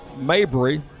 Mabry